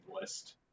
list